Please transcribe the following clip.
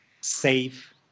safe